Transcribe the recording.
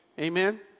Amen